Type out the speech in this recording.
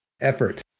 effort